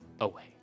away